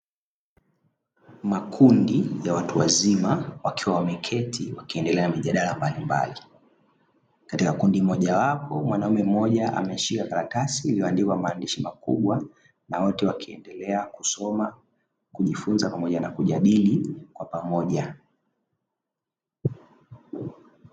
Makundi ya watu wazima wakiwa wameketi wakiendelea na mijadala mbalimbali katika kundi mojawapo mwanaume mmoja ameshika karatasi iliyoandikwa maandishi makubwa na wote wakiendelea kusoma kujifunza pamoja na kujadili kwa pamoja.